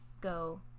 go